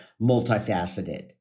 multifaceted